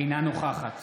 אינה נוכחת